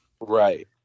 Right